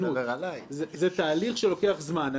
זה תהליך שלוקח זמן.